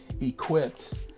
equipped